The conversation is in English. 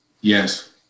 Yes